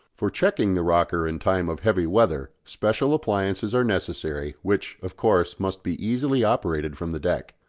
for checking the rocker in time of heavy weather special appliances are necessary, which, of course, must be easily operated from the deck.